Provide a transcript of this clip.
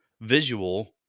visual